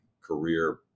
career